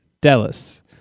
Dallas